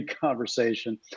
conversation